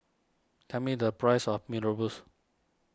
tell me the price of Mee Rebus